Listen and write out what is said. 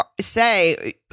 say